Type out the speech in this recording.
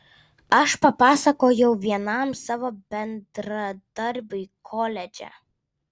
aš papasakojau vienam savo bendradarbiui koledže